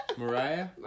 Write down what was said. Mariah